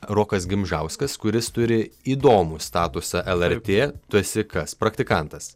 rokas gimžauskas kuris turi įdomų statusą lrt tu esi kas praktikantas